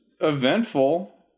eventful